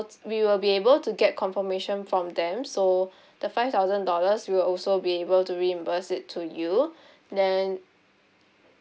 we will be able to get confirmation from them so the five thousand dollars we'll also be able to reimburse it to you then